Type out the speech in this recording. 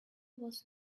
was